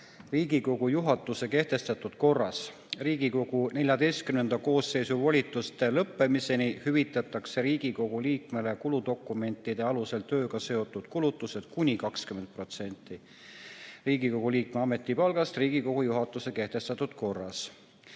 Riigikogu juhatuse kehtestatud korras. Riigikogu XIV koosseisu volituste lõppemiseni hüvitatakse Riigikogu liikmele kuludokumentide alusel tööga seotud kulutused kuni 20% Riigikogu liikme ametipalgast Riigikogu juhatuse kehtestatud korras.